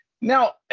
now